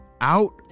Out